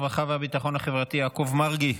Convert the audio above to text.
ישיב על ההצעה שר הרווחה והביטחון החברתי יעקב מרגי.